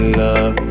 love